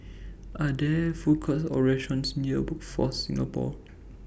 Are There Food Courts Or restaurants near Workforce Singapore